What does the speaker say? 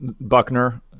Buckner